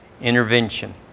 intervention